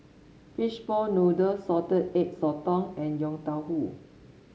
Fishball Noodle Salted Egg Sotong and Yong Tau Foo